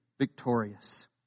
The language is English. victorious